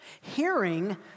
Hearing